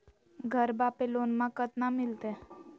घरबा पे लोनमा कतना मिलते?